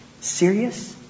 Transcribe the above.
Serious